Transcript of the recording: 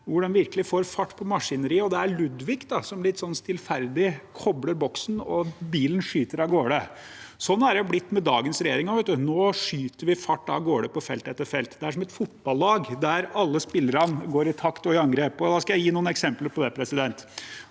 hvor de virkelig får fart på maskineriet, og Ludvig litt sånn stillferdig kobler boksen og bilen skyter av gårde. Sånn er det blitt med dagens regjering også. Nå skyter vi fart og er av gårde på felt etter felt. Det er som et fotballag der alle spillerne går i takt og i angrep. Jeg skal gi noen eksempler på det. Til